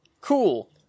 Cool